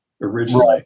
originally